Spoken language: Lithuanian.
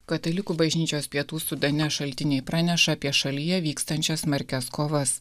katalikų bažnyčios pietų sudane šaltiniai praneša apie šalyje vykstančias smarkias kovas